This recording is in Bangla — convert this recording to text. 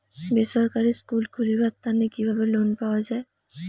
বেসরকারি স্কুল খুলিবার তানে কিভাবে লোন পাওয়া যায়?